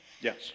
Yes